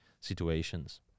situations